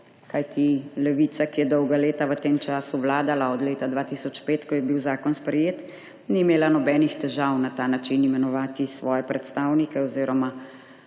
kajti Levica, ki je dolga leta v tem času vladala, od leta 2005, ko je bil zakon sprejet, ni imela nobenih težav na ta način imenovati svojih predstavnikov oziroma